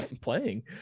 playing